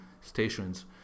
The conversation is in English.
stations